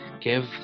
give